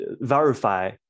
verify